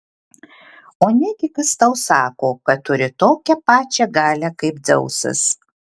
o negi kas tau sako kad turi tokią pačią galią kaip dzeusas